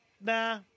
nah